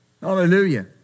Hallelujah